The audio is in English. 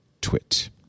twit